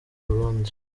burundi